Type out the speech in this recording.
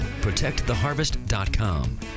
ProtectTheHarvest.com